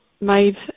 made